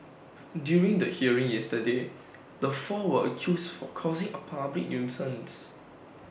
during the hearing yesterday the four were accused for causing A public nuisance